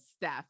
Steph